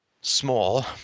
small